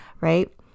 right